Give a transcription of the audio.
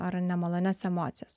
ar nemalonias emocijas